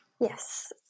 Yes